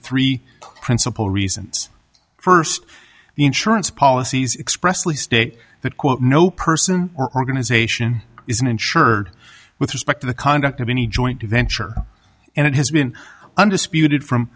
three principal reasons first the insurance policies expressly state that quote no person or organization isn't insured with respect to the conduct of any joint venture and it has been undisputed from